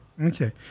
Okay